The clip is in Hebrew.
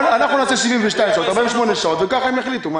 נעשה 72 שעות, 48 שעות וככה הם יחליטו.